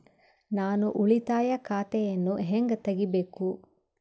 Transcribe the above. ನಾನು ಉಳಿತಾಯ ಖಾತೆಯನ್ನು ಹೆಂಗ್ ತಗಿಬೇಕು?